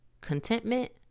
contentment